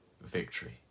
victory